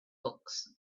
books